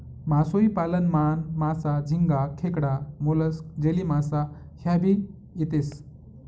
मासोई पालन मान, मासा, झिंगा, खेकडा, मोलस्क, जेलीमासा ह्या भी येतेस